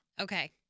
Okay